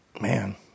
Man